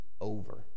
over